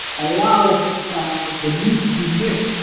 allow the need to be met.